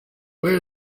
where